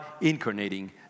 incarnating